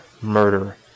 Murder